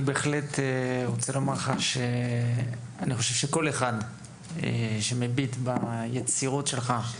אני בהחלט רוצה לומר לך שאני חושב שכל אחד שמביט ביצירות שלך,